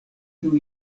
kiu